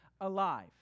alive